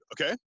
okay